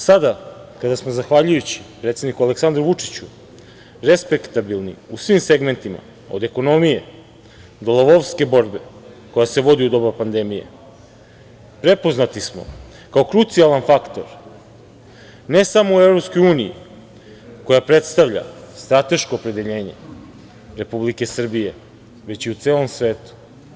Sada, kada smo zahvaljujući predsedniku Aleksandru Vučiću respektabilni u svim segmentima od ekonomije do lavovske borbe koja se vodi u doba pandemije, prepoznati smo kao krucijalan faktor, ne samo u EU koja predstavlja strateško opredeljenje Republike Srbije, već i u celom svetu.